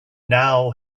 now